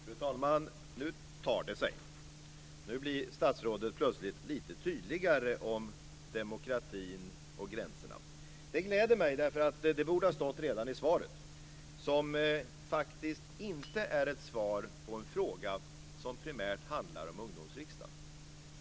Fru talman! Nu tar det sig. Plötsligt blir nu statsrådet lite tydligare om demokratin och gränserna. Det gläder mig därför att det borde ha stått redan i svaret, som faktiskt inte är ett svar på en fråga som primärt handlar om Ungdomsriksdagen.